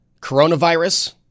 Coronavirus